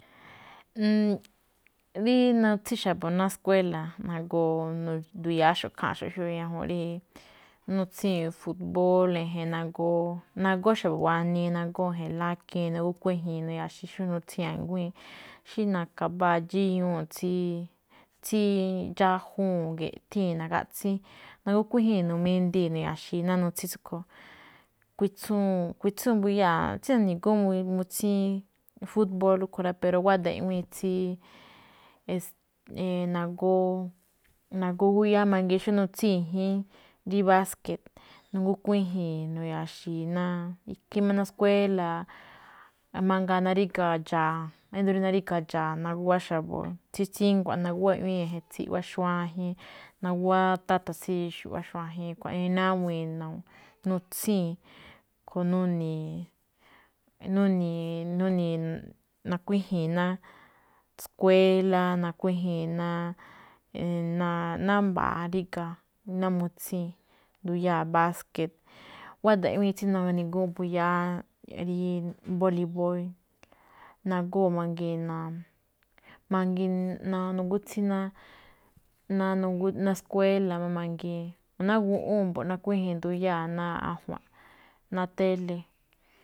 rí nutsín xa̱bo̱ skuéla̱, nagoo nagúya̱áxo̱ꞌ ikháanxo̱ꞌ, xó ñajuun rí nutsíi̱n fukbóól e̱je̱n nagóó, nagóó xa̱bo̱ buanii, e̱̱je̱n lákiin, nagóó kuíji̱i̱n nu̱ya̱xe̱ xó nutsín anguíi̱n, xí na̱ka̱ mbáa dxiñuu̱, tsí, tsí dxájúu̱n ge̱ꞌthíi̱n nagaꞌtsín, nagóó kuíji̱i̱n n indii̱ nu̱ya̱xii̱ ná nutsím tsúꞌkhue̱n, kuitsúun, kuitsúun nduyáa̱ xí na̱ni̱gúu̱n nutsín fukbóól rúꞌkhue̱n rá. Pero guada̱ꞌ iꞌwíin tsí nagóó nagóó gúyáá mangiin xó nutsin i̱ji̱ín, rí báske̱ jngó kuíji̱i̱n nu̱ya̱a̱xi̱i̱, ikhín máꞌ ná eskuéla̱, mangaa naríga̱ ndxa̱a̱ naguwá xa̱bo̱ tsí tsíngua̱ꞌ naguwá iꞌwíin e̱je̱n tsí iꞌwá xuajen, naguwá táta̱ tsí iꞌwá xuajen, xkuaꞌnii nawi̱i̱n nu- nutsíin, a̱ꞌkhue̱n nuni̱i̱, nuni̱i̱, nuni̱i̱ nakuíji̱i̱n ná skuélaꞌ, nakuíji̱i̱n ná, ná mba̱a̱ ríga̱ ná mutsíi̱n. Nduyáa̱ báske̱, guáda̱ꞌ iꞌwíin tsí na̱ni̱gúún mbuyáá rí bóli̱bóól. Nagóo̱ mangii̱n nagótsíi̱n ná skuéla̱ máꞌ mangiin, ná guꞌúu̱n máꞌ mbo̱ꞌ, nakuíji̱i̱n nduyáa̱ ná ajua̱nꞌ, ná téle̱.